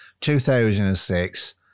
2006